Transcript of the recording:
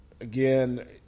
again